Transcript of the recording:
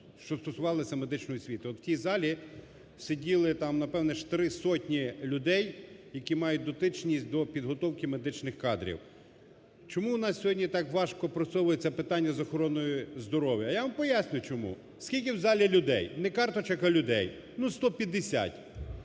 що стосувались медичної освіти. В тій залі сиділи там, напевно, три сотні людей, які мають дотичність до підготовки медичних кадрів. Чому у нас сьогодні так важко просовується питання з охороною здоров'я? А я вам поясню, чому. Скільки в залі людей? Не карточок, а людей? Ну, сто